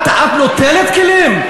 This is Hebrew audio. את נותנת כלים?